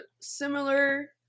similar